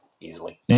easily